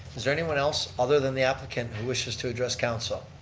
is there anyone else, other than the applicant, who wishes to address council?